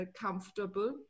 comfortable